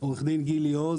עו"ד גילי עוז,